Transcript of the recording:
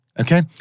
Okay